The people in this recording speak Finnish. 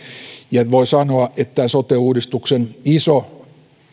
ja voi sanoa että sote uudistuksen iso